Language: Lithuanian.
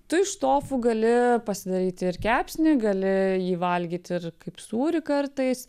tu iš tofu gali pasidaryti ir kepsnį gali jį valgyti ir kaip sūrį kartais